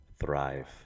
thrive